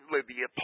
Libya